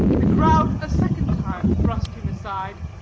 the crowd a second time thrust him aside,